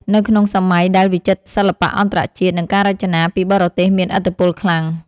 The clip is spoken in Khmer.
នៅក្នុងសម័យដែលវិចិត្រសិល្បៈអន្តរជាតិ និងការរចនាពីបរទេសមានឥទ្ធិពលខ្លាំង